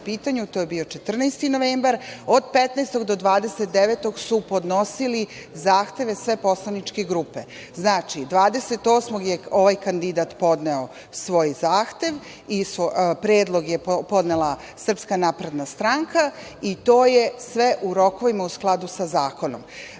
to je bio 14. novembar, od 15. do 29. su podnosili zahteve sve poslaničke grupe. Znači, 28. je ovaj kandidat podneo svoj zahtev i predlog je podnela SNS, i to je sve u rokovima u skladu sa zakonom. Ukoliko